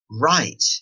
right